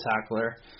tackler